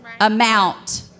amount